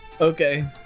Okay